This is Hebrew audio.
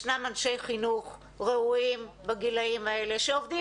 ישנם אנשי חינוך ראויים בגילאים האלה שעובדים